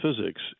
physics